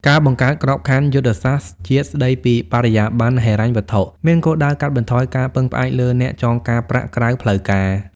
ការបង្កើត "ក្របខ័ណ្ឌយុទ្ធសាស្ត្រជាតិស្ដីពីបរិយាបន្នហិរញ្ញវត្ថុ" មានគោលដៅកាត់បន្ថយការពឹងផ្អែកលើអ្នកចងការប្រាក់ក្រៅផ្លូវការ។